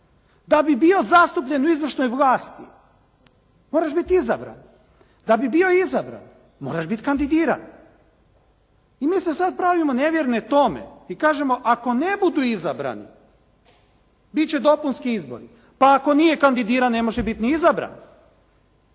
Da bi bio zastupljen u izvršnoj vlasti moraš biti izabran. Da bi bio izabran moraš biti kandidiran i mi se sad pravimo nevjerne Tome i kažemo ako ne budu izabrani bit će dopunski izbori, pa ako nije kandidiran ne može biti ni izabran.